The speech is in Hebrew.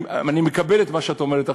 אני מקבל את מה שאת אומרת עכשיו,